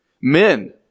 Men